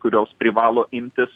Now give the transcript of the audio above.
kurios privalo imtis